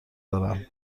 دارم